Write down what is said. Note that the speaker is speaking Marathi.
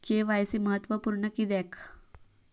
के.वाय.सी महत्त्वपुर्ण किद्याक?